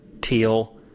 teal